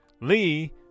Lee